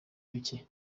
bike